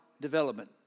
development